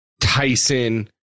Tyson